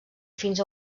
fins